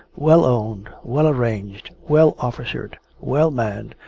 well owned, well arranged, well officered, well manned,